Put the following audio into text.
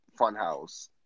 Funhouse